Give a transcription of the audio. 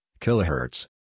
Kilohertz